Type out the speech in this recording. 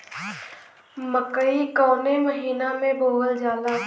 मकई कवने महीना में बोवल जाला?